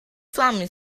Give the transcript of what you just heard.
family